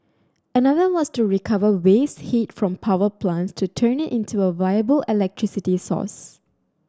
another was to recover waste heat from power plants to turn it into a viable electricity source